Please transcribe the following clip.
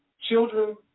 children